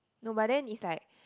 no but then it's like